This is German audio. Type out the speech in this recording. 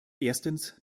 erstens